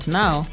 now